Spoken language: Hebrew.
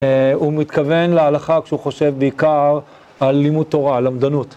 הוא מתכוון להלכה כשהוא חושב בעיקר על לימוד תורה, על למדנות.